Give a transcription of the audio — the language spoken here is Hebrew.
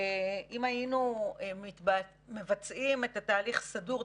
אם היינו מבצעים את התהליך סדור,